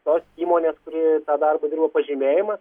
tos įmonės kuri tą darbą dirba pažymėjimą